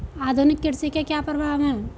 आधुनिक कृषि के क्या प्रभाव हैं?